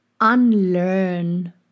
unlearn